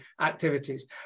activities